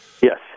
Yes